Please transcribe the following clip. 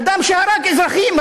אדם שהרג אזרחים,